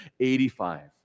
85